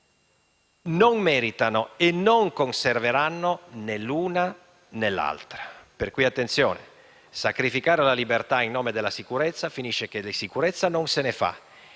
non meritano e non conserveranno né l'una, né l'altra. Per cui attenzione: sacrificando la libertà in nome della sicurezza, si finisce per non fare sicurezza e intanto